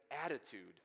attitude